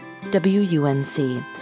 WUNC